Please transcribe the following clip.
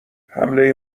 حمله